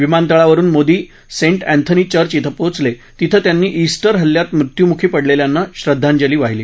विमानतळावरून Modi Saint Anthony church कें पोचले तिथे त्यांनी ईस्टर हल्ल्यात मृत्युमुखी पडलेल्यांना श्रद्धांजली वाहिली